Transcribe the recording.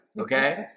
Okay